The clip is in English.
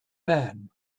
man